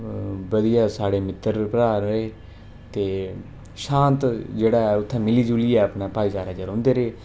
बधिया साढ़ मित्तर भ्राऽ रेह् ते शांत जेह्ड़ा ऐ उत्थें मिली जुलियै अपने भाईचारे च रौंह्दे रेह्